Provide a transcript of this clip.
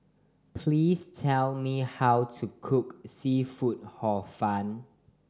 please tell me how to cook seafood Hor Fun